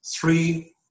three